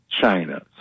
China